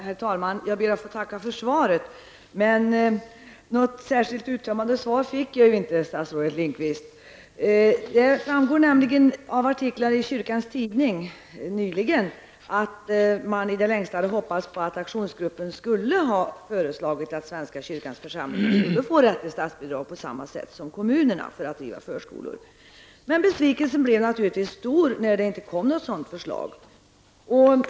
Herr talman! Jag ber att få tacka för svaret, men särskilt uttömmande tycker jag inte att det var. Det framgår av artiklar helt nyligen i Kyrkans Tidning att man i det längsta hade hoppats på att aktionsgruppen skulle föreslå att svenska kyrkans församlingar skulle få rätt till statsbidrag på samma sätt som kommunerna för att bedriva förskolor. Besvikelsen blev naturligtvis stor när det inte kom något sådant förslag.